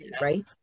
right